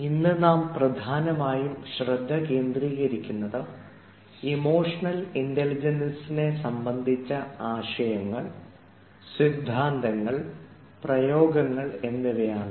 ഇന്ന് നാം പ്രധാനമായും ശ്രദ്ധ കേന്ദ്രീകരിക്കുന്നത് ഇമോഷണൽ ഇൻറലിജൻസിനെ സംബന്ധിച്ച ആശയങ്ങൾ സിദ്ധാന്തങ്ങൾ പ്രയോഗങ്ങൾ എന്നിവയാണ്